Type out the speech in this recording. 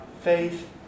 faith